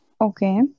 Okay